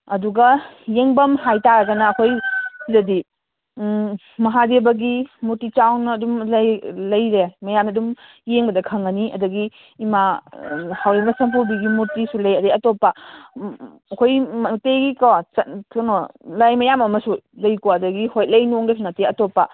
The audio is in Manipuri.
ꯑꯗꯨꯒ ꯌꯦꯡꯐꯝ ꯍꯥꯏꯕꯇꯥꯔꯒꯅ ꯑꯩꯈꯣꯏꯁꯤꯗꯗꯤ ꯎꯝ ꯃꯍꯥꯗꯦꯕꯒꯤ ꯃꯨꯔꯇꯤ ꯆꯥꯎꯅ ꯑꯗꯨꯝ ꯂꯩ ꯂꯩꯔꯦ ꯃꯌꯥꯝꯅ ꯑꯗꯨꯝ ꯌꯦꯡꯕꯗ ꯈꯪꯉꯅꯤ ꯑꯗꯨꯗꯒꯤ ꯏꯃꯥ ꯍꯥꯎꯔꯩꯃ ꯁꯝꯄꯨꯕꯤꯒꯤ ꯃꯨꯔꯇꯤꯁꯨ ꯂꯩ ꯑꯗꯨꯗꯩ ꯑꯇꯣꯞꯄ ꯑꯩꯈꯣꯏꯒꯤ ꯃꯩꯇꯩꯒꯤꯀꯣ ꯆꯠꯅ ꯀꯩꯅꯣ ꯂꯥꯏ ꯃꯌꯥꯝ ꯑꯃꯁꯨ ꯂꯩꯀꯣ ꯑꯗꯨꯗꯒꯤ ꯍꯣꯏ ꯂꯩꯅꯣꯡꯗꯁꯨ ꯅꯠꯇꯦ ꯑꯇꯣꯞꯄ